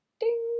Ding